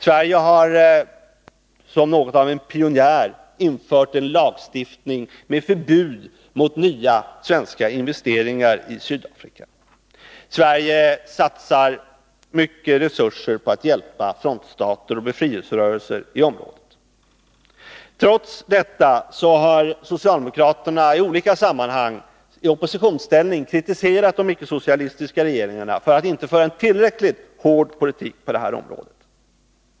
Sverige har som något av en pionjär infört en lagstiftning som innebär förbud mot nya svenska investeringar i Sydafrika. Sverige satsar stora resurser på att hjälpa frontstater och befrielserörelser i området. Trots detta har socialdemokraterna i olika sammanhang i oppositionsställning kritiserat de icke-socialistiska regeringarna för att inte föra en tillräckligt hård politik på det här området.